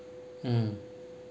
mm